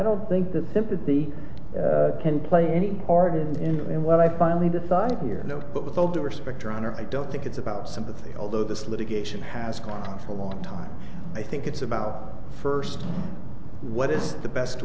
don't think the sympathy can play any part in what i finally decided here but with all due respect your honor i don't think it's about sympathy although this litigation has gone for a long time i think it's about first what is the best